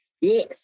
yes